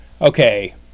okay